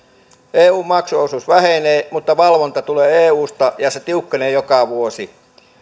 eun maksuosuus vähenee mutta valvonta tulee eusta ja se tiukkenee joka vuosi